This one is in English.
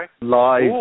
Live